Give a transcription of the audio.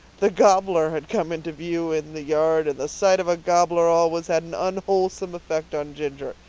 the gobbler had come into view in the yard and the sight of a gobbler always had an unwholesome effect on ginger.